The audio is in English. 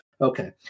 okay